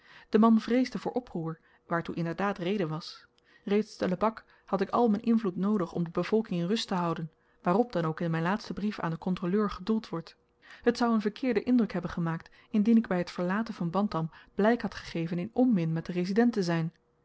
de man vreesde voor oproer waartoe inderdaad reden was reeds te lebak had ik al m'n invloed noodig om de bevolking in rust te houden waarop dan ook in m'n laatsten brief aan den kontroleur gedoeld wordt het zou n verkeerden indruk hebben gemaakt indien ik by t verlaten van bantam blyk had gegeven in onmin met den resident te zyn